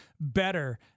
better